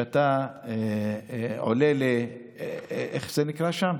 כשאתה עולה, איך זה נקרא שם?